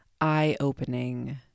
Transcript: eye-opening